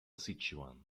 sichuan